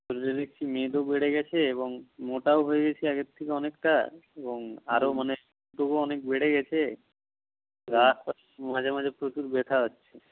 শরীরে দেখছি মেদও বেড়ে গেছে এবং মোটাও হয়ে গেছি আগের থেকে অনেকটা এবং আরও মানে তবুও অনেক বেড়ে গেছে গা হাত পা মাঝে মাঝে প্রচুর ব্যথা হচ্ছে